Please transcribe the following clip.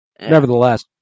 nevertheless